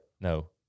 no